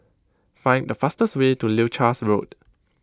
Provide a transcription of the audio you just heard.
find the fastest way to Leuchars Road